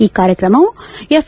ಈ ಕಾರ್ಯಕ್ರಮವು ಎಫ್